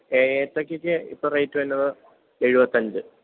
ഏത്തക്കയ്ക്ക് ഇപ്പോള് റേറ്റ് വരുന്നത് എഴുപത്തിയഞ്ച്